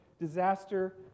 disaster